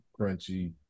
Crunchy